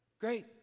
great